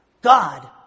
God